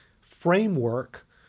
framework